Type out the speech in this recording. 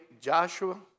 Joshua